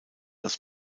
das